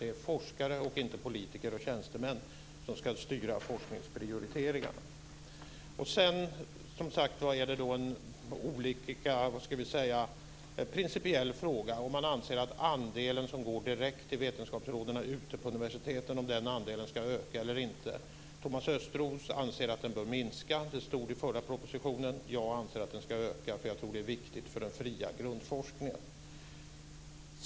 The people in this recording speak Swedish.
Det är forskare och inte politiker och tjänstemän som ska styra forskningsprioriteringarna. Sedan är det en principiell fråga om man anser att den andel som går direkt till vetenskapsråden ute på universiteten ska öka eller inte. Thomas Östros anser att den bör minska. Det stod i den förra propositionen. Jag anser att den ska öka, eftersom jag tror att det är viktigt för den fria grundforskningen.